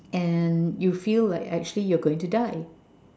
and you feel like actually you're going to die